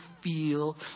feel